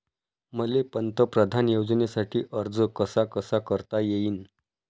मले पंतप्रधान योजनेसाठी अर्ज कसा कसा करता येईन?